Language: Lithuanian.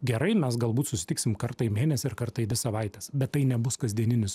gerai mes galbūt susitiksim kartą į mėnesį ar kartą į dvi savaites bet tai nebus kasdieninis